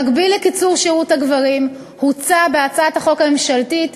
במקביל לקיצור שירות הגברים הוצע בהצעת החוק הממשלתית